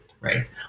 Right